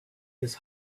his